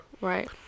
Right